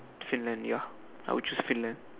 Finland ya I would choose Finland